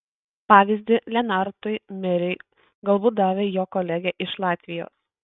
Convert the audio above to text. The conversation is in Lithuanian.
pavyzdį lenartui meriui galbūt davė jo kolegė iš latvijos